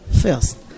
first